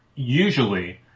Usually